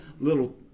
little